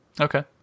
Okay